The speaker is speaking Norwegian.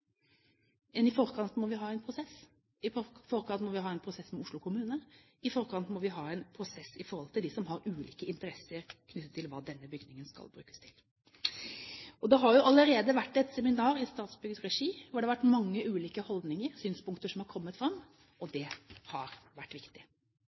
i forkant må vi ha en prosess. I forkant må vi ha en prosess med Oslo kommune, i forkant må vi ha en prosess med dem som har ulike interesser knyttet til hva denne bygningen skal brukes til. Det har jo allerede vært et seminar i Statsbyggs regi hvor mange ulike holdninger og synspunkter har kommet fram, og